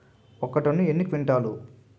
ఒక టన్ను ఎన్ని క్వింటాల్లు?